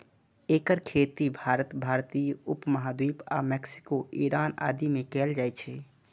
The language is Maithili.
एकर खेती भारत, भारतीय उप महाद्वीप आ मैक्सिको, ईरान आदि मे कैल जाइ छै